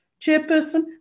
Chairperson